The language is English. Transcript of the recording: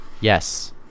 yes